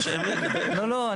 לא, לא.